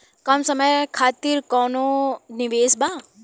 कम समय खातिर कौनो निवेश बा?